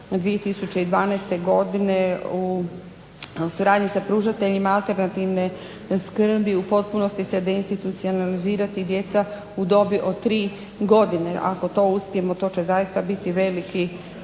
2012. godine u suradnji sa pružateljima alternativne skrbi u potpunosti se deinstitucionalizirati djeca u dobi od tri godine. Ako to uspijemo to će zaista biti veliki